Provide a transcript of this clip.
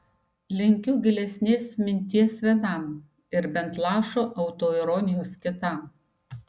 linkiu gilesnės minties vienam ir bent lašo autoironijos kitam